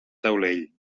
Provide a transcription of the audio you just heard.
taulell